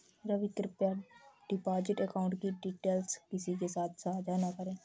रवि, कृप्या deposit account की details किसी के साथ सांझा न करें